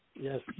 Yes